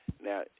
now